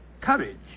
Courage